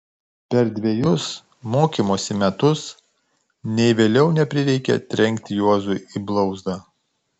per dvejus mokymosi metus nei vėliau neprireikė trenkti juozui į blauzdą